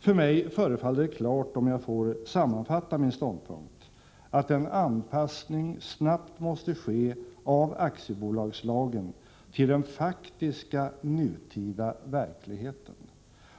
För mig förefaller det klart, om jag får sammanfatta min ståndpunkt, att en anpassning snabbt måste ske av aktiebolagslagen till den faktiska nutida verkligheten